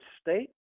State